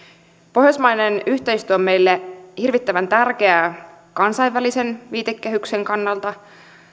pohjoismainen yhteistyö on meille hirvittävän tärkeää kansainvälisen viitekehyksen kannalta